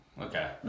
Okay